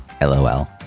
LOL